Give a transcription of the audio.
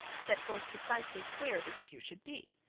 set forth precisely where this pew should be.